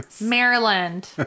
Maryland